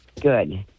Good